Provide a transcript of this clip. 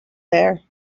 there